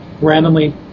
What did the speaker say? randomly